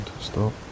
stop